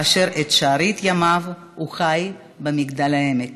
ובשארית ימיו הוא חי במגדל העמק.